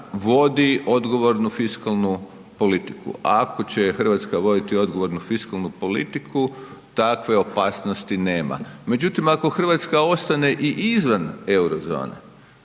vodi odgovornu fiskalnu politiku. Ako će Hrvatska voditi odgovornu fiskalnu politiku takve opasnosti nema. Međutim, ako Hrvatska ostane i izvan euro-zone,